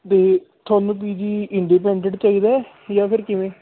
ਅਤੇ ਤੁਹਾਨੂੰ P G independent ਚਾਹੀਦਾ ਜਾਂ ਫਿਰ ਕਿਵੇਂ